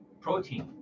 protein